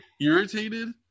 irritated